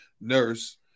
Nurse